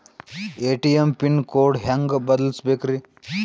ATM pin code ಹೆಂಗ್ ಬದಲ್ಸ್ಬೇಕ್ರಿ?